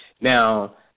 Now